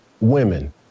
women